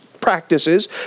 practices